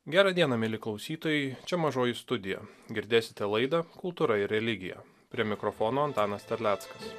gerą dieną mieli klausytojai čia mažoji studija girdėsite laida kultūra ir religija prie mikrofono antanas terleckas